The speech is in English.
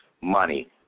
money